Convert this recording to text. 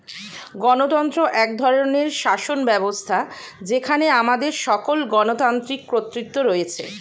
গণতন্ত্র এক ধরনের শাসনব্যবস্থা যেখানে আমাদের সকল গণতান্ত্রিক কর্তৃত্ব রয়েছে